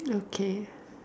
okay